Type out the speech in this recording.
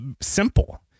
simple